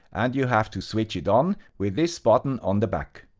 and you have to switch it on with this button on the back.